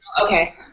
Okay